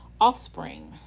offspring